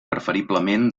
preferiblement